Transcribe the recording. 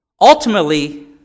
Ultimately